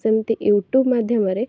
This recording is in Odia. ସେମିତି ୟୁଟ୍ୟୁବ୍ ମାଧ୍ୟମରେ